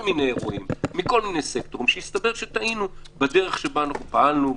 מיני סקטורים שיסתבר שטעינו בדרך שבה פעלנו,